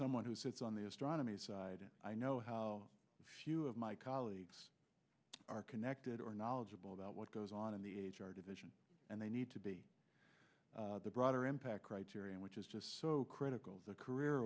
someone who sits on the astronomy side i know how few of my colleagues are connected or knowledgeable about what goes on in the h r division and they need to be broader impact criteria which is just so critical the career